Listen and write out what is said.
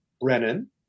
Brennan